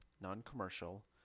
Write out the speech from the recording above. non-commercial